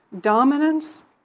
dominance